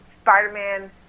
Spider-Man